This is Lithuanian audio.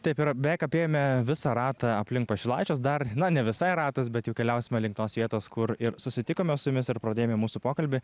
taip ir beveik apėjome visą ratą aplink pašilaičius dar na ne visai ratas bet jau keliausime link tos vietos kur ir susitikome su jumis ir pradėjome mūsų pokalbį